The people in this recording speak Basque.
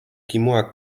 kimuak